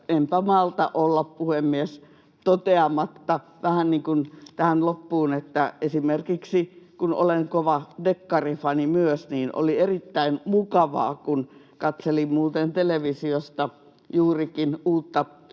enpä malta olla, puhemies, toteamatta vähän niin kuin tähän loppuun, että kun olen kova dekkarifani myös, niin oli erittäin mukavaa, kun katselin muuten televisiosta juurikin uutta